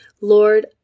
Lord